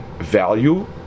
value